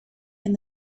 and